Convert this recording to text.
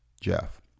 Jeff